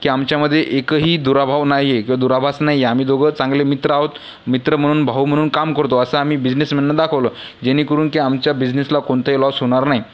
की आमच्यामध्ये एकही दुराभाव नाही आहे किंवा दुराभास नाही आहे आम्ही दोघं चांगले मित्र आहोत मित्र म्हणून भाऊ म्हणून काम करतो असं आम्ही बिझनेस म्हणून दाखवलं जेणेकरून की आमच्या बिजनेसला कोणतंही लॉस होणार नाही